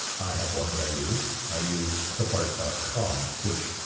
have one that i use. i use clipart dot com which,